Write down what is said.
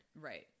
right